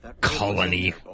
colony